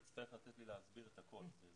תצטרך לתת לי להסביר את הכול.